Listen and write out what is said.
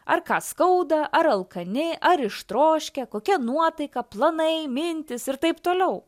ar ką skauda ar alkani ar ištroškę kokia nuotaika planai mintys ir taip toliau